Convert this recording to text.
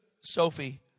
Sophie